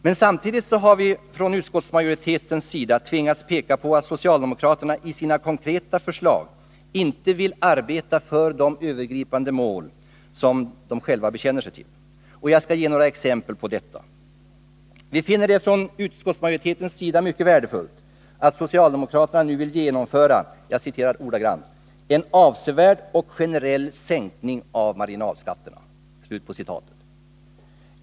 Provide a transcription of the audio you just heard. Men samtidigt har vi från utskottsmajoritetens sida tvingats peka på att socialdemokraterna i sina konkreta förslag inte vill arbeta för de övergripande mål som de själva bekänner sig till. Jag ger några exempel på detta. Vi finner det från utskottsmajoritetens sida mycket värdefullt att socialdemokraterna nu vill genomföra ”en avsevärd och generell sänkning av marginalskatterna”.